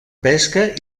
pesca